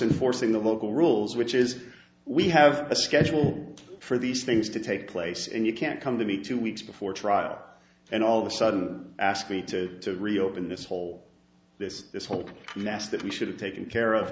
enforcing the local rules which is we have a schedule for these things to take place and you can't come to me two weeks before trial and all of a sudden ask me to reopen this whole this this whole mess that we should have taken care of